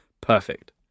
perfect